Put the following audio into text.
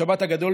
בשבת הגדול,